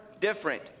different